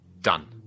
done